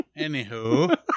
Anywho